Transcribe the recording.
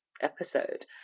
episode